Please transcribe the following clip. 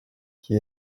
qui